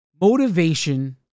Motivation